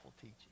teaching